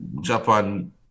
Japan